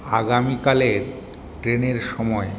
আগামীকালের ট্রেনের সময়